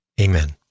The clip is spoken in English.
Amen